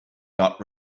got